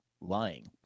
lying